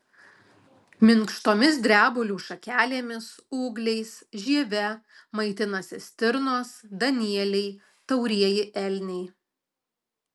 minkštomis drebulių šakelėmis ūgliais žieve maitinasi stirnos danieliai taurieji elniai